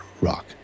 rock